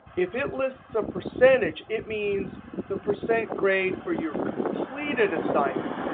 if it lists a percentage, it means the percent grade for your completed assignments.